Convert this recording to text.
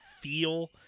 feel